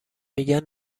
میگن